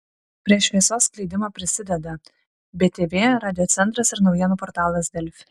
prie šviesos skleidimo prisideda btv radiocentras ir naujienų portalas delfi